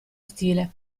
stile